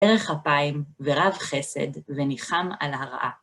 ארך אפיים, ורב חסד, וניחם על הרעה.